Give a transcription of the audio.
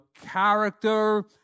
character